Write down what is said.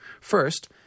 First